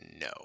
no